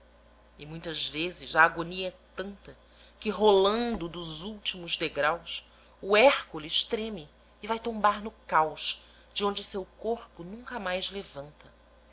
e muitas vezes a agonia é tanta que rolando dos últimos degraus o hércules treme e vai tombar no caos de onde seu corpo nunca mais levanta